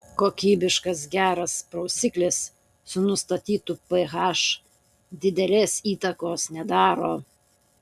kokybiškas geras prausiklis su nustatytu ph didelės įtakos nedaro